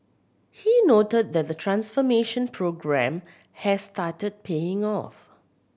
he noted that the transformation programme has started paying off